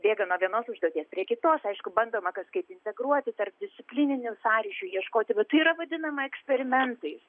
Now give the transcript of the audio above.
bėga nuo vienos užduoties prie kitos aišku bandoma kažkaip integruoti tarpdisciplininių sąryšių ieškoti bet tai yra vadinama eksperimentais